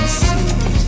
see